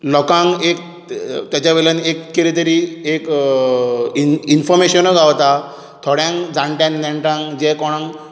लोकांक एक ताच्या वयल्यान एक कितेतरी इंनफॉरमेशनूय गावता थोड्यांक जाणट्यांक नेणट्यांक जे कोणाक